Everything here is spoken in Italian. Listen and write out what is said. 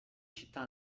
città